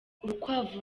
urukwavu